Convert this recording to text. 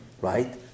right